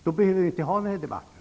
Då behöver vi inte ha den här debatten.